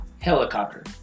helicopter